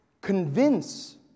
Convince